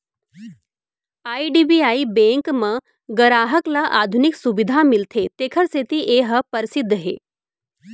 IDBI bank म गराहक ल आधुनिक सुबिधा मिलथे तेखर सेती ए ह परसिद्ध हे